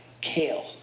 kale